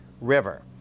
River